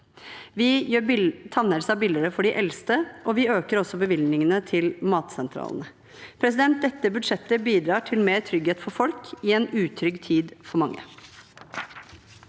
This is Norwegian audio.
Vi gjør tannhelse billigere for de eldste, og vi øker også bevilgningene til matsentralene. Dette budsjettet bidrar til mer trygghet for folk i en utrygg tid for mange.